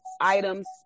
items